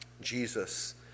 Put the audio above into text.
Jesus